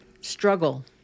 struggle